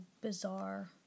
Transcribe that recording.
bizarre